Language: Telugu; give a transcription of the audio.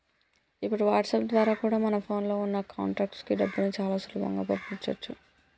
ఇప్పుడు వాట్సాప్ ద్వారా కూడా మన ఫోన్ లో ఉన్న కాంటాక్ట్స్ కి డబ్బుని చాలా సులభంగా పంపించొచ్చు